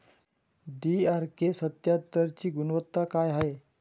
DRK सत्यात्तरची गुनवत्ता काय हाय?